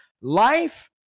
life